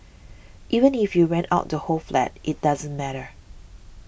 even if you rent out the whole flat it doesn't matter